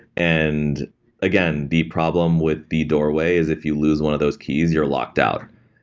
and again, the problem with the doorway is if you lose one of those keys, you're locked out.